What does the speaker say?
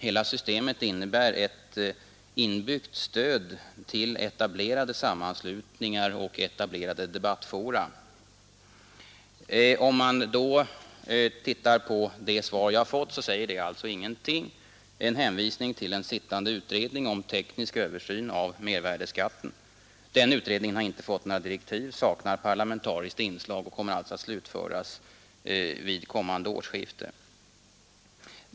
Hela systemet innebär ett inbyggt stöd till etablerade sammanslutningar och etablerade debattfora. Det svar jag fått säger ingenting; det innehåller bara en hänvisning till en sittande utredning för teknisk översyn av mervärdeskatten. Den utredningen har inte fått några direktiv, den saknar parlamentariskt inslag och den kommer att slutföras vid kommande årsskifte.